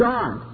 God